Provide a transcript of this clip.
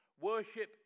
worship